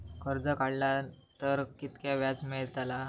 कर्ज काडला तर कीतक्या व्याज मेळतला?